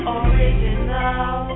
original